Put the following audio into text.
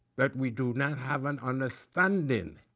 that we do not have an understanding